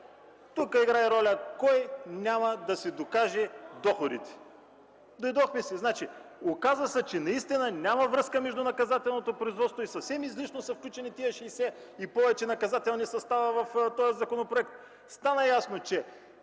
Тук играе роля кой няма да си докаже доходите. Оказа се, че наистина няма връзка между наказателното производство и съвсем излишно са включени тези 60 и повече наказателни състава в този законопроект. Стана ясно, че